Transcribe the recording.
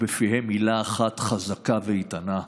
ובפיהם מילה אחת חזקה ואיתנה: